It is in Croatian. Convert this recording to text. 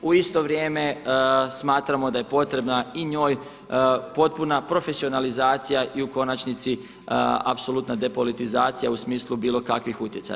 U isto vrijeme smatramo da je potrebna i njoj potpuna profesionalizacija i u konačnici apsolutna depolitizacija u smislu bilo kakvih utjecaja.